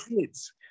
kids